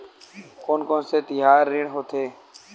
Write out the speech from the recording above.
कोन कौन से तिहार ऋण होथे?